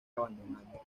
abandonando